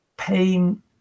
pain